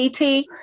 ET